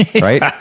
Right